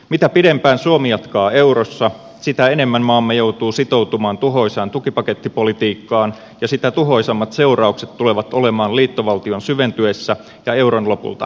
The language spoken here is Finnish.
mitä pidempään suomi jatkaa eurossa sitä enemmän maamme joutuu sitoutumaan tuhoisaan tukipakettipolitiikkaan ja sitä tuhoisammat tulevat seuraukset olemaan liittovaltion syventyessä ja euron lopulta hajotessa